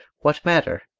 what matter?